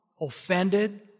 offended